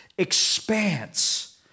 Expanse